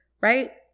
right